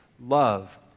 Love